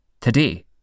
Today